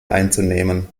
einzunehmen